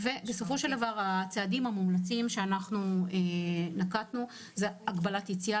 הצעדים המומלצים שנקטנו: הגבלת יציאה